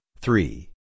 three